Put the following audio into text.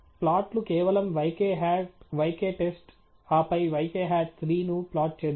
ప్లాట్లు కేవలం yk hat yk test ఆపై yk hat3 ను ప్లాట్ చేద్దాం